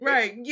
Right